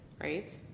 Right